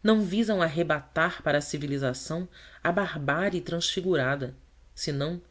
não visam arrebatar para a civilização a barbaria transfigurada senão